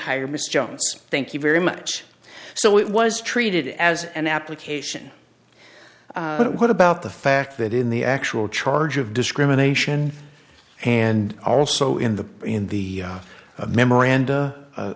hire mr jones thank you very much so it was treated as an application but what about the fact that in the actual charge of discrimination and also in the in the